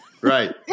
Right